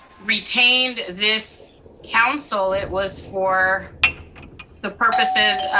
retained this council, it was for the purposes